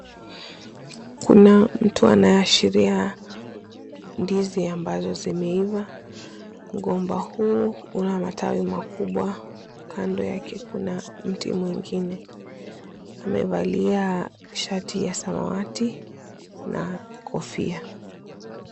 Kuna mtu anaashiria ndizi ambazo zimeiva. Mgomba huu una matawi makubwa, kando yake kuna mti mwingine. Amevalia shati ya samawati na kofia.